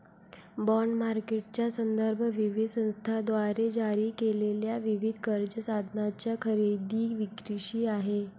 bond मार्केटचा संदर्भ विविध संस्थांद्वारे जारी केलेल्या विविध कर्ज साधनांच्या खरेदी विक्रीशी आहे